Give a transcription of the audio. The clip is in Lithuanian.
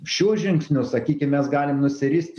šiuo žingsniu sakykim mes galim nusiristi